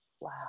Wow